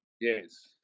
Yes